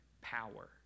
power